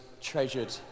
treasured